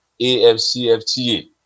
AFCFTA